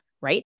right